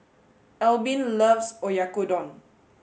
Albin loves Oyakodon